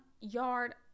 Yard